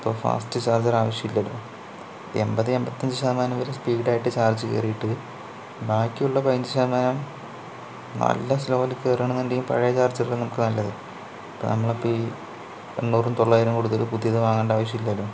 ഇപ്പോൾ fast charger ആവശ്യമില്ലല്ലോ എൺപത് എൺപത്തഞ്ച് ശതമാനം വരെ സ്പീഡ് ആയിട്ട് ചാർജ് കയറിയിട്ട് ബാക്കിയുള്ള പതിനഞ്ച് ശതമാനം നല്ല സ്ലോവിൽ കയറുകയാണെന്നുണ്ടെങ്കിൽ പഴയ ചാർജർ അല്ലേ നമുക്ക് നല്ലത് കാരണം നമ്മൾ ഇപ്പോൾ ഈ എണ്ണൂറും തൊള്ളായിരവും കൊടുത്തിട്ട് പുതിയത് വാങ്ങേണ്ട ആവശ്യമില്ലല്ലോ